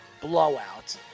blowout